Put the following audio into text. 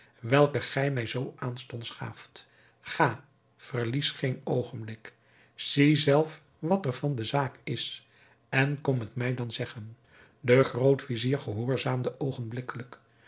welke gij mij zoo aanstonds gaaft ga verlies geen oogenblik zie zelf wat er van de zaak is en kom het mij dan zeggen de groot-vizier gehoorzaamde